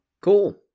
Cool